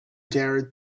dared